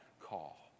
call